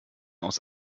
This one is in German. aus